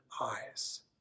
eyes